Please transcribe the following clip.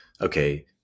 okay